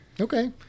Okay